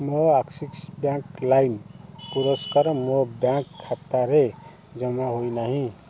ମୋ Axis bank ଲାଇମ୍ ପୁରସ୍କାର ମୋ ବ୍ୟାଙ୍କ୍ ଖାତାରେ ଜମା ହେଇନାହିଁ